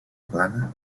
plana